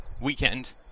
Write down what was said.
weekend